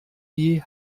wie